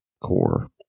core